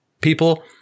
People